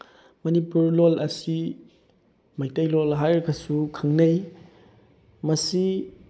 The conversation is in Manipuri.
ꯃꯅꯤꯄꯨꯔ ꯂꯣꯜ ꯑꯁꯤ ꯃꯩꯇꯩꯂꯣꯜ ꯍꯥꯏꯔꯒꯁꯨ ꯈꯪꯅꯩ ꯃꯁꯤ